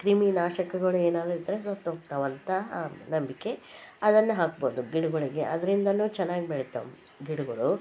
ಕ್ರಿಮಿನಾಶಕಗಳು ಏನಾದ್ರು ಇದ್ದರೆ ಸತ್ತೋಗ್ತಾವಂತ ಆ ನಂಬಿಕೆ ಅದನ್ನು ಹಾಕ್ಬೋದು ಗಿಡಗಳಿಗೆ ಅದ್ರಿಂದಾನೂ ಚೆನ್ನಾಗ್ ಬೆಳಿತಾವೆ ಗಿಡ್ಗುಳು